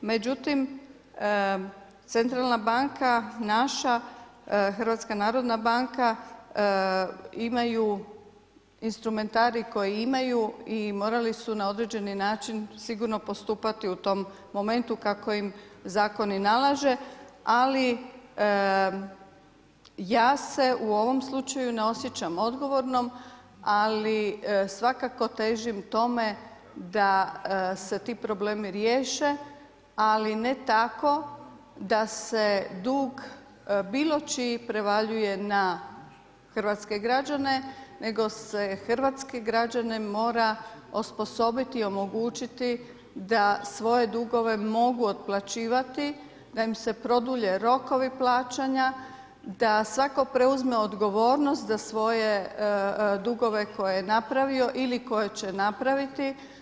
Međutim, centralna banka naša, HNB, imaju instrumentarij koji imaju i morali su na određeni način sigurno postupati u tom momentu kako im zakon i nalaže, ali ja se u ovom slučaju ne osjećam odgovornom, ali svakako težim tome da se ti problemi riješe ali ne tako da se dug bilo čiji prevaljuje na hrvatske građane nego se hrvatski građane mora osposobiti i omogućiti da svoje dugove mogu otplaćivati da im se produlje rokovi plaćanja, da svako preuzme odgovornost za svoje dugove koje je napravio ili koje će napraviti.